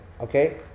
Okay